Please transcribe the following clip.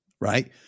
right